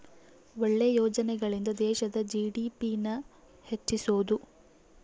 ಒಳ್ಳೆ ಯೋಜನೆಗಳಿಂದ ದೇಶದ ಜಿ.ಡಿ.ಪಿ ನ ಹೆಚ್ಚಿಸ್ಬೋದು